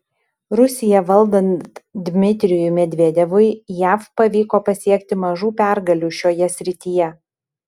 rusiją valdant dmitrijui medvedevui jav pavyko pasiekti mažų pergalių šioje srityje